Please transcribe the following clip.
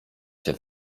się